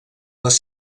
les